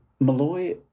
Malloy